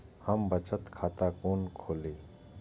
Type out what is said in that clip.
हम बचत खाता कोन खोली?